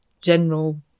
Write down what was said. general